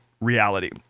reality